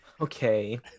Okay